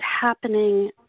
happening